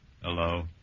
Hello